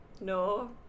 No